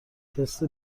تست